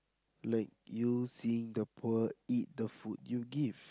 like you seeing the poor eat the food you give